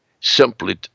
simply